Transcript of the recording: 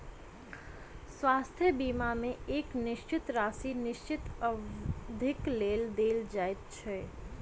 स्वास्थ्य बीमा मे एक निश्चित राशि निश्चित अवधिक लेल देल जाइत छै